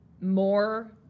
more